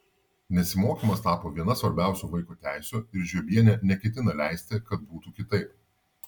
nesimokymas tapo viena svarbiausių vaiko teisių ir žiobienė neketina leisti kad būtų kitaip